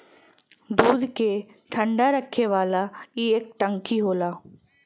दूध के ठंडा रखे वाला ई एक टंकी होला